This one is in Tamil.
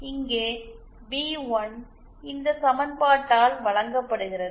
இங்கே பி1 இந்த சமன்பாட்டால் வழங்கப்படுகிறது